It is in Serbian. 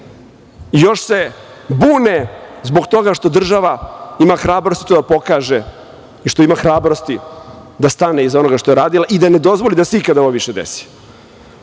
Još se bune zbog toga što država ima hrabrosti to da pokaže i što ima hrabrosti da stane iza onoga što je radila i da ne dozvoli da se ikada ovo više